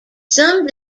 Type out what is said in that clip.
some